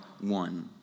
one